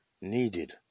needed